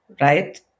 right